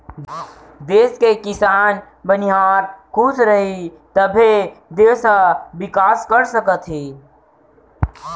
देस के किसान, बनिहार खुस रहीं तभे देस ह बिकास कर सकत हे